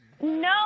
No